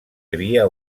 havia